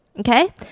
Okay